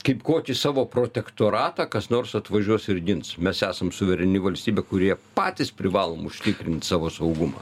kaip kokį savo protektoratą kas nors atvažiuos ir gins mes esam suvereni valstybė kurie patys privalom užtikrint savo saugumą